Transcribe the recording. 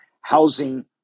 housing